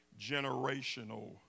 Generational